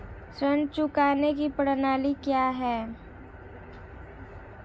ऋण चुकाने की प्रणाली क्या है?